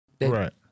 Right